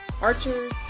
archers